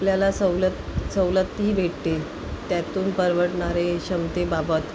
आपल्याला सवलत सवलतही भेटते त्यातून परवडणारे क्षमतेबाबत